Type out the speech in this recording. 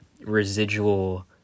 residual